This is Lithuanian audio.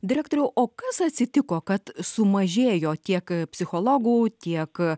direktoriau o kas atsitiko kad sumažėjo tiek psichologų tiek